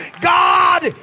God